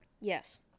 Yes